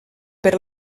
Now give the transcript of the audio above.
per